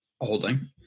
holding